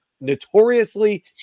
notoriously